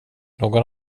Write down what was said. någon